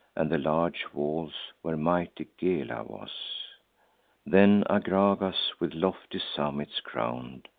and the large walls, where mighty gela was then agragas, with lofty summits crown'd,